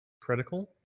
Critical